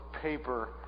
paper